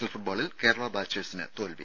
L ഫുട്ബോളിൽ കേരള ബ്ലാസ്റ്റേഴ്സിന് തോൽവി